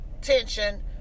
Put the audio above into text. tension